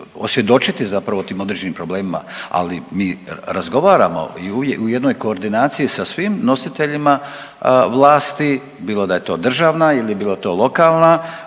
osvjedočiti tim određenim problemima. Ali mi razgovaramo i u jednoj koordinaciji sa svim nositeljima vlasti, bilo da je to državna ili bilo to lokalna,